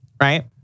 right